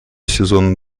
сезона